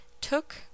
took